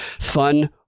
fun